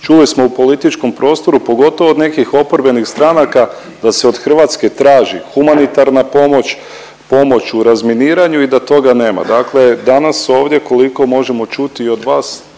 čuli smo u političkom prostoru pogotovo od nekih oporbenih stranaka da se od Hrvatske traži humanitarna pomoć, pomoć u razminiranju i da toga nema. Dakle, danas ovdje koliko možemo čuti i od vas